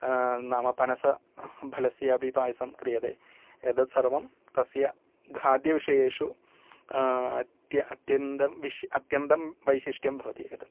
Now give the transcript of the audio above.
नाम पनसफलस्य अपि पायसं क्रियते एतत् सर्वं तस्य खाद्यविषयेषु अत्य अत्यन्तम् अत्यन्तं वैशिष्ट्यं भवति एतत्